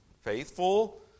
Faithful